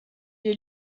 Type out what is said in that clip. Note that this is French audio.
est